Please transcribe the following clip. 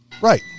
Right